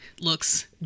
looks